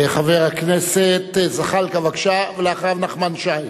חבר הכנסת זחאלקה, בבקשה, ואחריו, נחמן שי.